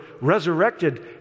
resurrected